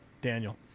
Daniel